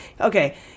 okay